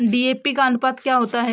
DAP का अनुपात क्या होता है?